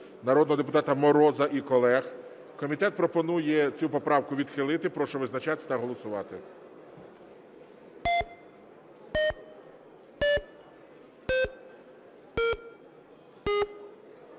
народного депутата Мороза і колег. Комітет пропонує цю поправку відхилити. Прошу визначатися та голосувати.